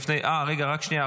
רגע, רק שנייה.